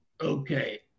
okay